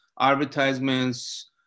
advertisements